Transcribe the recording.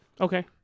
okay